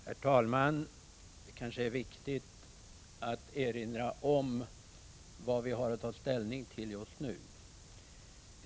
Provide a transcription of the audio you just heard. Herr talman! Jag tror det är viktigt att erinra om vad vi har att ta ställning till nu.